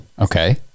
Okay